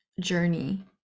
journey